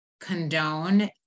condone